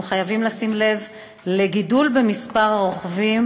אנו חייבים לשים לב לגידול במספר הרוכבים,